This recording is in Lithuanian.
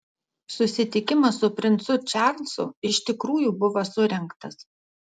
susitikimas su princu čarlzu iš tikrųjų buvo surengtas